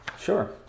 Sure